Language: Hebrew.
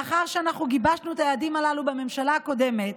לאחר שגיבשנו את היעדים הללו בממשלה הקודמת,